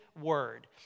word